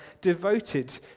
devoted